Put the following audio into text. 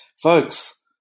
folks